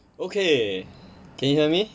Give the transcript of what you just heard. okay can you hear me